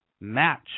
match